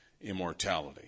immortality